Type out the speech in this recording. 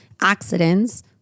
accidents